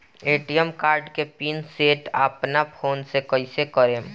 ATM card के pin set अपना phone से कइसे करेम?